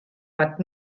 but